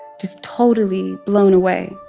just totally blown away.